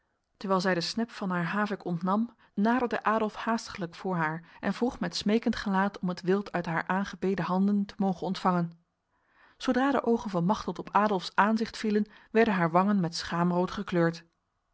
terwijl zij de snep aan haar havik ontnam naderde adolf haastiglijk voor haar en vroeg met smekend gelaat om het wild uit haar aangebeden handen te mogen ontvangen zodra de ogen van machteld op adolfs aanzicht vielen werden haar wangen met schaamrood gekleurd